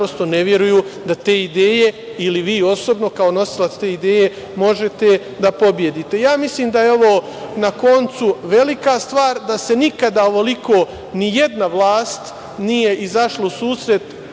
ne veruju da te ideje ili vi lično kao nosilac te ideje možete da pobedite. Mislim da je ovo na kraju velika stvar, da nikada ovoliko ni jedna vlast nije izašla u susret